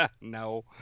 No